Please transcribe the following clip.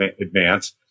advance